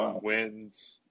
Wins